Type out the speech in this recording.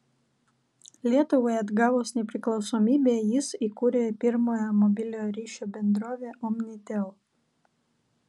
lietuvai atgavus nepriklausomybę jis įkūrė pirmąją mobiliojo ryšio bendrovę omnitel